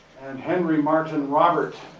and henry martyn robert,